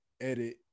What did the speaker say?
edit